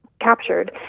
captured